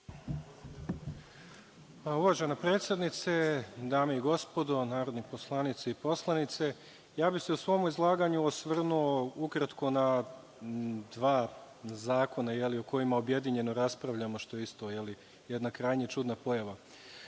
Uvažena predsednice, dame i gospodo narodni poslanici i poslanice, u svom izlaganju bih se osvrnuo ukratko na dva zakona o kojima objedinjeno raspravljamo, što je isto jedna krajnje čudna pojava. Na